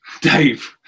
Dave